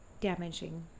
damaging